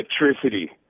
electricity